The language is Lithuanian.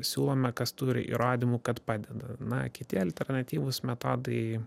siūlome kas turi įrodymų kad padeda na kiti alternatyvūs metodai